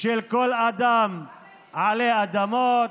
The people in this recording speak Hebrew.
של כל אדם עלי אדמות.